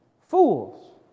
fools